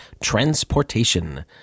transportation